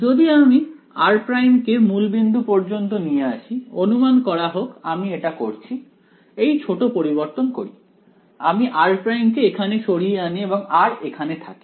যদি আমি r' কে মূলবিন্দু পর্যন্ত নিয়ে আসি অনুমান করা হোক আমি এটা করছি এই ছোট পরিবর্তন করি আমি r' কে এখানে সরিয়ে আনি এবং r এখানে থাকে